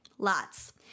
Lots